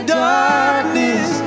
darkness